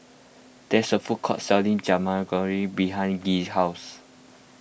there's a food court selling Jajangmyeon behind Gee's house